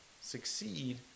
succeed